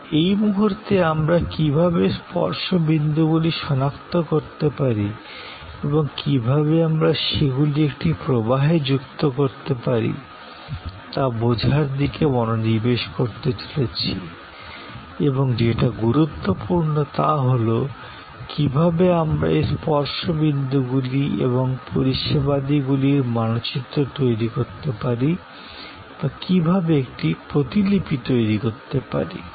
তবে এই মুহুর্তে আমরা কীভাবে স্পর্শ বিন্দুগুলি সনাক্ত করতে পারি এবং কীভাবে আমরা সেগুলি একটি প্রবাহে যুক্ত করতে পারি তা বোঝার দিকে মনোনিবেশ করতে চলেছি এবং যেটা গুরুত্বপূর্ণ তা হল কীভাবে আমরা এই স্পর্শ বিন্দুগুলি এবং পরিষেবাদিগুলির মানচিত্র তৈরি করতে পারি বা কী ভাবে একটি প্রতিলিপি তৈরি করতে পারি